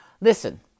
Listen